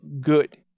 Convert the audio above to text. good